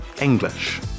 English